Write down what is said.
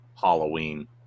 Halloween